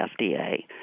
FDA